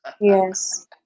Yes